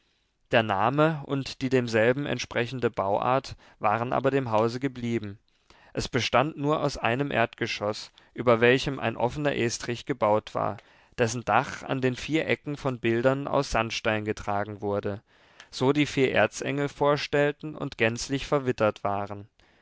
der name und die demselben entsprechende bauart waren aber dem hause geblieben es bestand nur aus einem erdgeschoß über welchem ein offener estrich gebaut war dessen dach an den vier ecken von bildern aus sandstein getragen wurde so die vier erzengel vorstellten und gänzlich verwittert waren